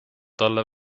talle